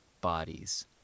bodies